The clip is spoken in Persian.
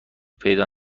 پیدا